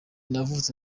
navutse